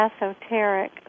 esoteric